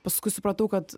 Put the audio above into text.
paskui supratau kad